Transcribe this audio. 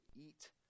eat